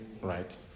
Right